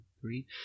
three